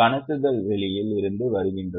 கணக்குகள் வெளியில் இருந்து வருகின்றன